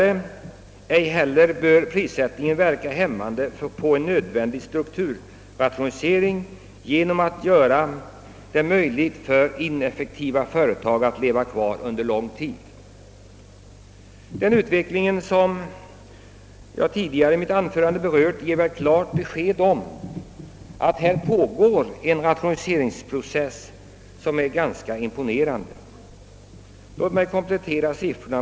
Ej heller bör prissättningen verka hämmande på en nödvändig strukturrationalisering genom att göra det möjligt för ineffektiva företag att leva kvar under lång tid.» Den utveckling som jag skisserat i mitt anförande ger klart belägg för att det på jordbrukets område pågår en ganska imponerande rationaliseringsprocess. Låt mig här bara anföra ytterligare några siffror.